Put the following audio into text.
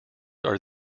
are